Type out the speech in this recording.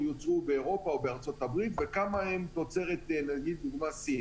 יוצרו באירופה או בארצות-הברית וכמה הם תוצרת סין.